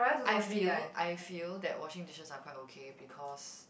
I feel I feel that washing dishes are quite okay because